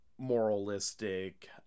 moralistic